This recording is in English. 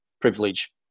privilege